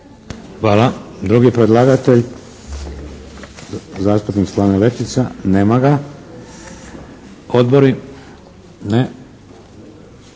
Hvala. Drugi predlagatelj zastupnik Slaven Letica. Nema ga. Odbori? Ne.